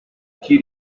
key